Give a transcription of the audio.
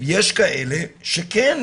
שכן